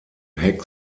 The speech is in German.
heck